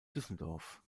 düsseldorf